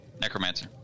Necromancer